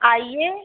आइए